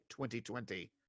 2020